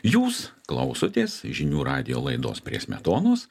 jūs klausotės žinių radijo laidos prie smetonos